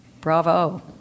bravo